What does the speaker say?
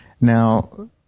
Now